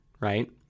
right